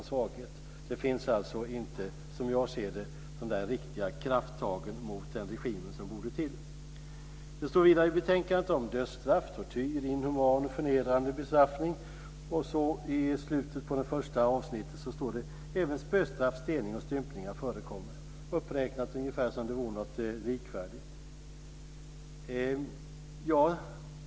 Det finns alltså inte, som jag ser det, de riktiga krafttag mot den regimen som borde till. Det står vidare i betänkandet om dödsstraff, tortyr och inhuman och förnedrande bestraffning. Så, i slutet på det första avsnittet står det så här: "Även spöstraff, stening och stympningar förekommer." Det är uppräknat ungefär som om det vore något likvärdigt.